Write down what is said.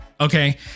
okay